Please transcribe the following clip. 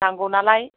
नांगौ नालाय